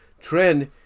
trend